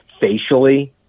facially